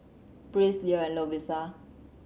Breeze Leo and Lovisa